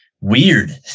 weird